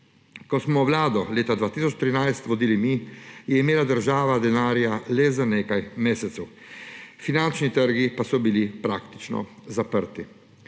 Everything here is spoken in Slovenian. Ko smo vlado leta 2013 vodili mi, je imela država denarja le za nekaj mesecev, finančni trgi pa so bili praktično zaprti.